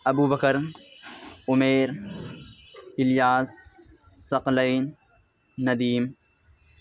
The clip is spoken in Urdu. ابوبکر عمیر الیاس ثقلین ندیم